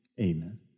amen